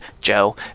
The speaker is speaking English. Joe